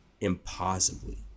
impossibly